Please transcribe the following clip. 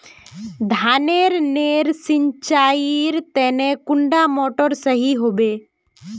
धानेर नेर सिंचाईर तने कुंडा मोटर सही होबे?